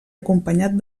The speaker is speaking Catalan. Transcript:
acompanyat